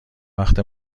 وقت